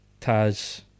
Taz